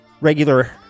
regular